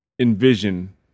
envision